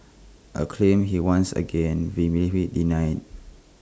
A claim he once again vehemently denied